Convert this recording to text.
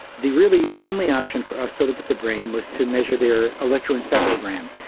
the really only option for us to look at the brain was to measure their electroencephalogram.